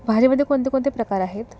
भाज्यामध्ये कोणते कोणते प्रकार आहेत